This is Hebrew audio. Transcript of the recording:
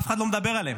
אף אחד לא מדבר עליהם,